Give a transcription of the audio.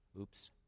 Oops